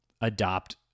adopt